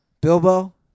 Bilbo